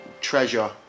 treasure